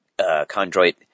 chondroit